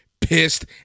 pissed